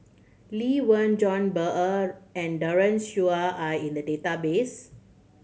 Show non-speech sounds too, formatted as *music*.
Lee Wen John *unintelligible* and Daren Shiau are in the database